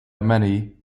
many